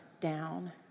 down